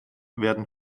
werden